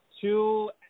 two